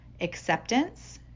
acceptance